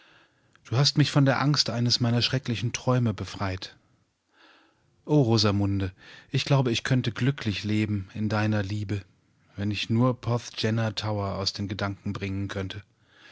du hast mich von der angst eines meiner schrecklichen träume befreit o rosamunde ich glaube ich könnte glücklich leben in deiner liebe wenn ich nur porthgenna tower aus den gedanken bringen könnte